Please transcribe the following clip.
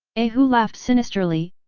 a hu laughed sinisterly,